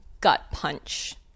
gut-punch